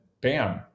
bam